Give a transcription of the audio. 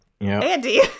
Andy